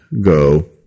go